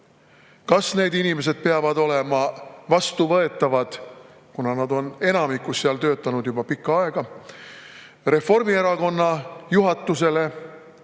Kas need inimesed peavad olema vastuvõetavad, kuna nad on enamikus seal töötanud juba pikka aega, Reformierakonna juhatusele,